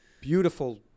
beautiful